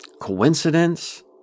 Coincidence